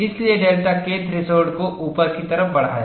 इसलिए delta K threshold को ऊपर की तरफ बढ़ाया